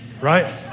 right